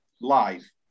live